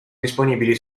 disponibili